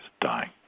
dying